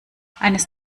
eines